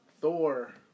Thor